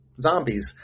zombies